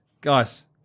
Guys